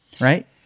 right